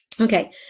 Okay